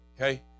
Okay